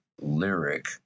lyric